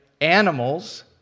animals